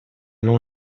non